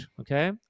okay